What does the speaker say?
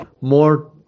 more